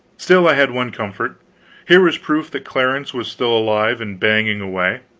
still, i had one comfort here was proof that clarence was still alive and banging away.